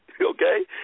okay